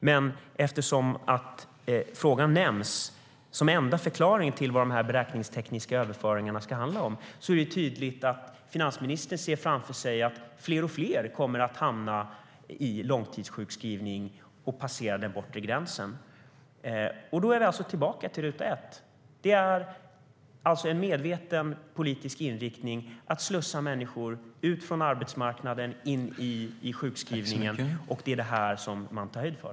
Men eftersom det nämns som den enda förklaringen till de beräkningstekniska överföringarna är det tydligt att finansministern ser framför sig att fler och fler kommer att hamna i långtidssjukskrivning och passera den bortre gränsen. Då är vi alltså tillbaka på ruta ett. Det är en medveten politisk inriktning att slussa ut människor från arbetsmarknaden in i sjukskrivningen. Det är det man tar höjd för.